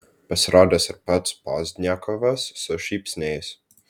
pasirodęs ir pats pozdniakovas su šypsniais